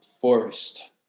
forest